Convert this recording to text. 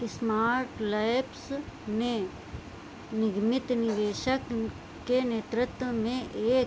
smart labs में निर्मित निदेशक के नेतृत्व में एक